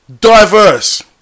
diverse